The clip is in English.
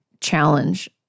challenge